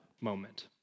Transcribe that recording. moment